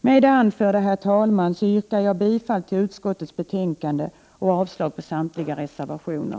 Med det anförda, herr talman, yrkar jag bifall till utskottets hemställan och avslag på samtliga reservationer.